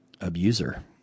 abuser